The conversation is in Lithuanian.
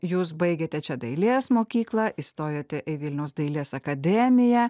jūs baigėte čia dailės mokyklą įstojote į vilniaus dailės akademiją